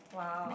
!wow!